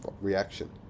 reaction